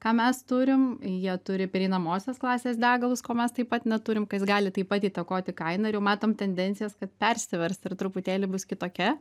ką mes turim jie turi pereinamosios klasės degalus ko mes taip pat neturim kas gali taip pat įtakoti kainą ir jau matom tendencijas kad persiverst ir truputėlį bus kitokia